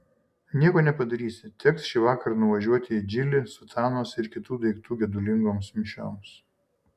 nieko nepadarysi teks šįvakar nuvažiuoti į džilį sutanos ir kitų daiktų gedulingoms mišioms